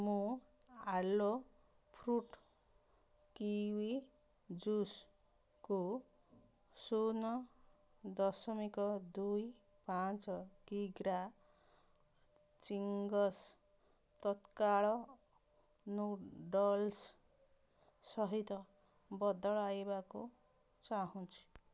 ମୁଁ ଆଲୋ fruit kiwi ଜୁସ୍କୁ ଶୂନ ଦଶମିକ ଦୁଇ ପାଞ୍ଚ କିଗ୍ରା ଚିଙ୍ଗ୍ସ୍ ତତ୍କାଳ ନୁଡ଼ଲ୍ସ୍ ସହିତ ବଦଳାଇବାକୁ ଚାହୁଁଛି